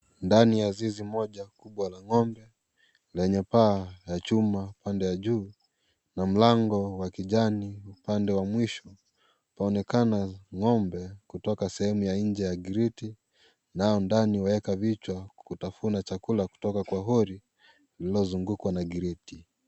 Ndani ya zizi moja kubwa la ng'ombe lenye paa la chuma pande ya juu na mlango wa kijani ,pande ya mwisho panaonekana ng'ombe kutoka sehemu ya nje ya griti nao ndani waweka kichwa kutafuna chakula kutoka kwa holi lililozungukwa na griti.